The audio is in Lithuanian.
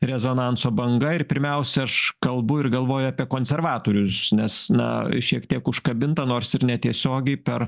rezonanso banga ir pirmiausia aš kalbu ir galvoju apie konservatorius nes na šiek tiek užkabinta nors ir netiesiogiai per